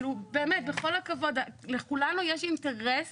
באמת, בכל הכבוד, לכולנו יש אינטרס